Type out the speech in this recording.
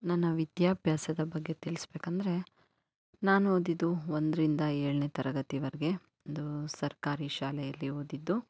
ನನ್ನ ವಿದ್ಯಾಭ್ಯಾಸದ ಬಗ್ಗೆ ತಿಳಿಸಬೇಕೆಂದ್ರೆ ನಾನು ಓದಿದ್ದು ಒಂದರಿಂದ ಏಳನೇ ತರಗತಿವರೆಗೆ ಒಂದು ಸರ್ಕಾರಿ ಶಾಲೆಯಲ್ಲಿ ಓದಿದ್ದು